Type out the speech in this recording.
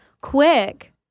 quick